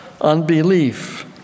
unbelief